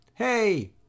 hey